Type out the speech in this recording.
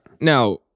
Now